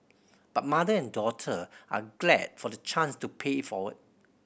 but mother and daughter are glad for the chance to pay it forward